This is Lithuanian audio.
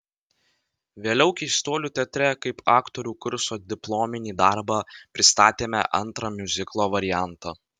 vėliau keistuolių teatre kaip aktorių kurso diplominį darbą pristatėme antrą miuziklo variantą